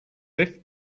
left